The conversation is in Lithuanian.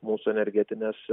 mūsų energetinės